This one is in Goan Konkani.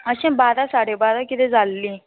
अशें बारा साडे बारा किदें जाल्लीं